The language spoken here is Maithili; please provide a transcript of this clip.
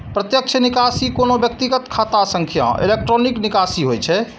प्रत्यक्ष निकासी कोनो व्यक्तिक खाता सं इलेक्ट्रॉनिक निकासी होइ छै